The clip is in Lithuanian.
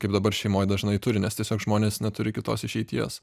kaip dabar šeimoj dažnai turi nes tiesiog žmonės neturi kitos išeities